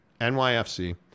NYFC